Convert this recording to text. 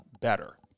better